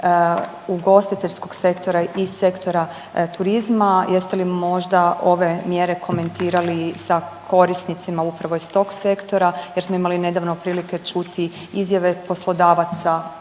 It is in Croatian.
ugostiteljskog sektora i sektora turizma jeste li možda ove mjere komentirali sa korisnicama upravo iz tog sektora jer smo imali nedavno prilike čuti izjave poslodavaca,